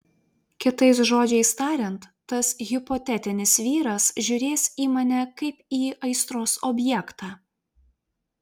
kitais žodžiai tariant tas hipotetinis vyras žiūrės į mane kaip į aistros objektą